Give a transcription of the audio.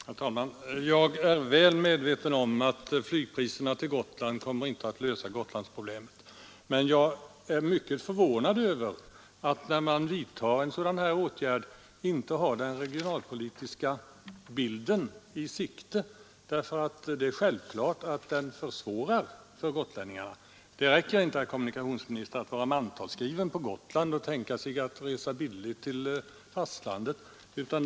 Herr talman! Jag är väl medveten om att flygpriserna till Gotland inte kommer att lösa Gotlandsproblemet. Men jag är mycket förvånad över att när regeringen vidtar en sådan här åtgärd man inte har den regionalpolitiska bilden i sikte. Det är självklart att höjda flygpriser gör det svårare för gotlänningarna. Det räcker inte, herr kommunikationsminister, att vara mantalsskriven på Gotland och därmed kunna resa billigt till fastlandet.